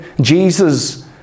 Jesus